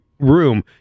room